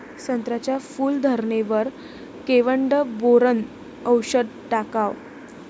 संत्र्याच्या फूल धरणे वर केवढं बोरोंन औषध टाकावं?